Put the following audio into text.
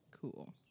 Cool